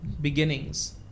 beginnings